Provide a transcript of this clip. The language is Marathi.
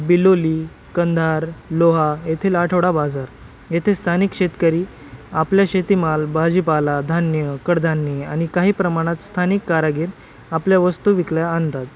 बिलोली कंधार लोहा येथील आठवडा बाजार येथे स्थानिक शेतकरी आपल्या शेतीमाल भाजीपाला धान्य कडधान्य आणि काही प्रमाणात स्थानिक कारागिर आपल्या वस्तू विकल्या आणतात